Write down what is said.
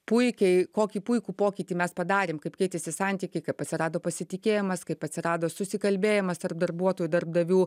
puikiai kokį puikų pokytį mes padarėm kaip keitėsi santykiai kaip atsirado pasitikėjimas kaip atsirado susikalbėjimas tarp darbuotojų i darbdavių